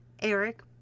Eric